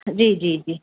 जी जी जी